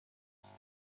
است